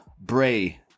Bray